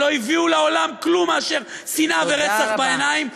שלא הביאו לעולם כלום מאשר שנאה ורצח בעיניים,